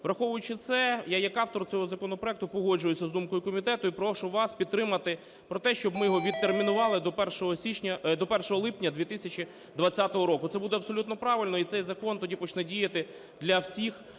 Враховуючи це, я як автор цього законопроекту погоджуюся з думкою комітету і прошу вас підтримати про те, щоб ми його відтермінували до 1 січня... до 1 липня 2020 року. Це буде абсолютно правильно. І цей закон тоді почне діяти для всіх